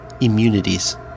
Immunities